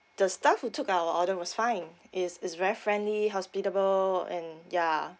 the staff who took our order was fine is is very friendly hospitable and ya